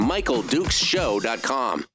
MichaelDukesShow.com